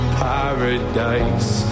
paradise